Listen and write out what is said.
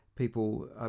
People